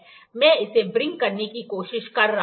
मैं इसे व्रिंग करने की कोशिश कर रहा हूं